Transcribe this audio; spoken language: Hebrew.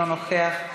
אינו נוכח,